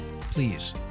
please